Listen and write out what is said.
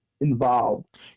involved